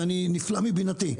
זה נפלא מבינתי.